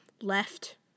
left